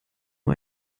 nur